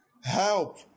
Help